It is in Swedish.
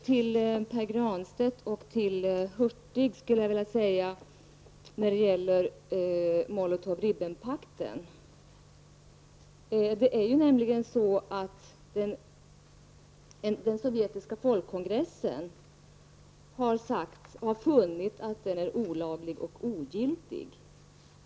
Till Pär Granstedt och Bengt Hurtig skulle jag vilja säga om Molotov-Ribbentrop-pakten att den sovjetiska folkkongressen har funnit att denna pakt är olaglig och ogiltig.